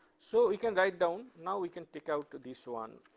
so, we can write down, now we can take out this one,